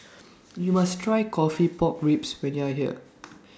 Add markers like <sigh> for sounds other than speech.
<noise> YOU must Try Coffee Pork Ribs when YOU Are here